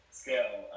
scale